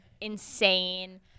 insane